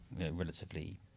relatively